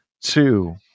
two